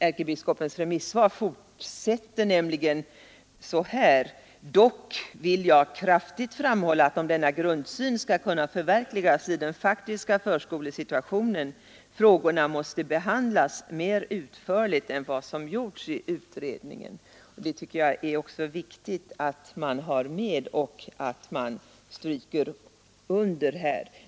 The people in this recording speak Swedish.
Ärkebiskopens remissvar fortsätter nämligen så här: ”Dock vill jag kraftigt framhålla att om denna grundsyn skall kunna förverkligas i den faktiska förskolesituationen frågorna måste behandlas mer utförligt än vad som gjorts i utredningen.” Det uttalandet tycker jag är viktigt att ta med och stryka under.